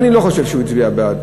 אני לא חושב שהוא הצביע בעד.